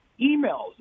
emails